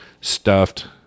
stuffed